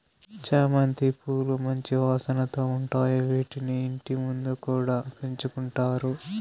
చామంతి పూలు మంచి వాసనతో ఉంటాయి, వీటిని ఇంటి ముందు కూడా పెంచుకుంటారు